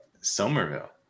Somerville